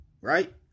right